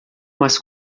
mas